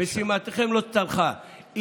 משימתכם לא צלחה.